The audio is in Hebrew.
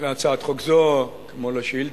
על הצעת חוק זו, כמו על השאילתא,